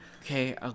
Okay